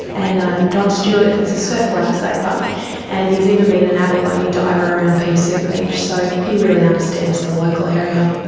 and jon stewart is a surf lifesaver and he has even been an abalone diver around pea soup beach. so he really understands the local area.